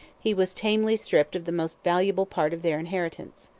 he was tamely stripped of the most valuable part of their inheritance.